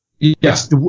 Yes